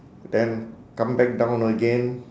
then come back down again